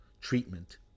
treatment